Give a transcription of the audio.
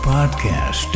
podcast